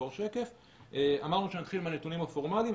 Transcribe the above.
אמרנו שנתחיל מהנתונים הפורמליים,